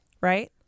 right